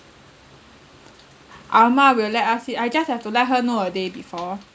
ah ma will let us eat I just have to let her know a day before